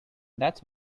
that’s